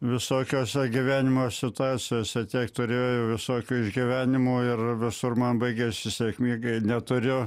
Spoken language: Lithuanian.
visokiose gyvenimo situacijose tiek turėjau visokių išgyvenimų ir visur man baigėsi sėkmingai neturiu